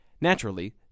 Naturally